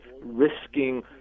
risking